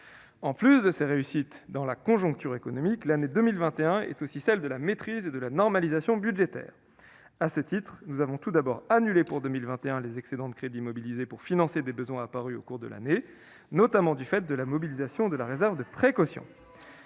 ! Outre ces réussites en matière de conjoncture économique, l'année 2021 est aussi celle de la maîtrise et de la normalisation budgétaires. Nous avons en premier lieu annulé, pour 2021, les excédents de crédits mobilisés pour financer des besoins apparus au cours de l'année, notamment du fait de l'utilisation de la réserve de précaution.